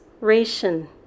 ration